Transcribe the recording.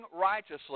righteously